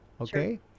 okay